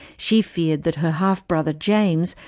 she feared that her half brother, james,